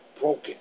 broken